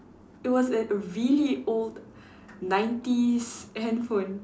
it was a really old nineties handphone